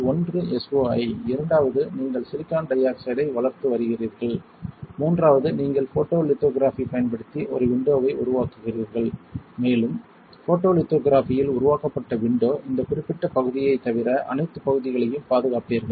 ஒன்று உங்கள் SOI இரண்டாவது நீங்கள் சிலிக்கான் டை ஆக்சைடை வளர்த்து வருகிறீர்கள் மூன்றாவது நீங்கள் போட்டோலித்தோகிராஃபி பயன்படுத்தி ஒரு விண்டோவை உருவாக்குகிறீர்கள் மேலும் போட்டோலித்தோகிராஃபியில் உருவாக்கப்பட்ட விண்டோ இந்த குறிப்பிட்ட பகுதியைத் தவிர அனைத்து பகுதிகளையும் பாதுகாப்பீர்கள்